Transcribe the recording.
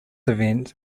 event